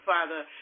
Father